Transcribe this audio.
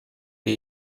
the